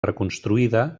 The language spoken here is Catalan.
reconstruïda